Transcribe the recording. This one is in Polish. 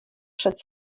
przed